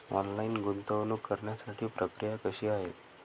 Online गुंतवणूक करण्यासाठी प्रक्रिया कशी आहे?